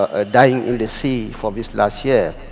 ah dying in the sea for this last year.